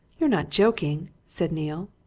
you're not joking? said neale.